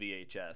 vhs